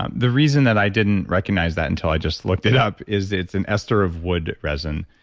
um the reason that i didn't recognize that until i just looked it up is it's an ester of wood resin.